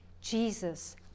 Jesus